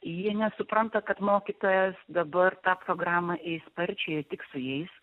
jie nesupranta kad mokytojas dabar tą programą eis sparčiai ir tik su jais